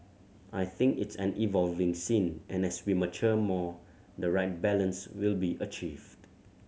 I think it's an evolving scene and as we mature more the right balance will be achieved